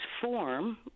form